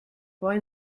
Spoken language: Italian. poi